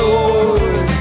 Lord